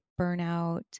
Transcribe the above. burnout